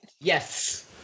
Yes